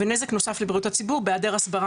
ונזק נוסף לבריאות הציבור בהיעדר הסברה